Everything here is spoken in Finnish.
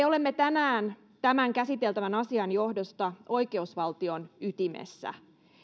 olemme tänään tämän käsiteltävän asian johdosta oikeusvaltion ytimessä